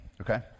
okay